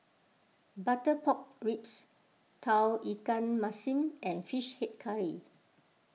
Butter Pork Ribs Tauge Ikan Masin and Fish Head Curry